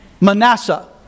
Manasseh